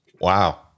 Wow